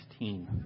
16